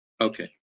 Okay